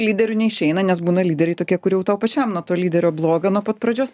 lyderiu neišeina nes būna lyderiai tokie kur jau tau pačiam nuo to lyderio bloga nuo pat pradžios